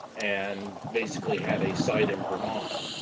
and basically had a site in vermont.